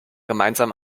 gemeinsam